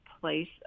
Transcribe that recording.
place